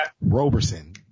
Roberson